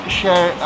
share